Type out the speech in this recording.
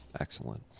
Excellent